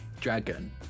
dragon